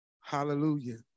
Hallelujah